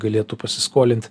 galėtų pasiskolint